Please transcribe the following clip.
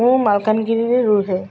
ମୁଁ ମାଲକାନଗିରିରେ ରୁହେ